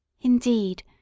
Indeed